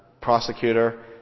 prosecutor